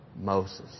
Moses